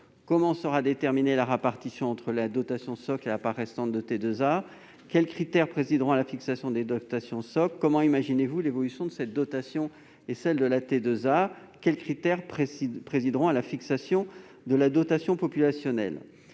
Comment sera déterminée la répartition entre la dotation socle et la part récente de tarification à l'activité (T2A) ? Quels critères présideront à la fixation des dotations socles ? Comment imaginez-vous l'évolution de cette dotation et celle de la T2A ? Quels critères présideront à la fixation de la dotation populationnelle ?